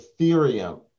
Ethereum